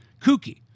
kooky